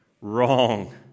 Wrong